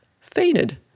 fainted